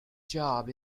job